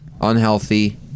unhealthy